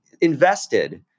invested